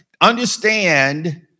Understand